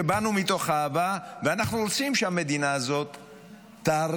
שבאנו מתוך אהבה ואנחנו רוצים שהמדינה הזאת תעריך,